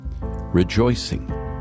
rejoicing